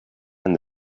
and